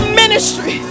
ministry